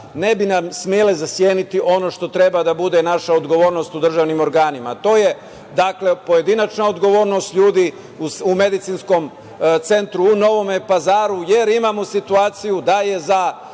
ne bi nam smele zaseniti ono što treba da bude naša odgovornost u državnim organima, a to je pojedinačna odgovornost ljudi u medicinskom centru u Novom Pazaru, jer imamo situaciju da se za